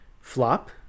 flop